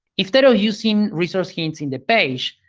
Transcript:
if they are using resource hits in the page,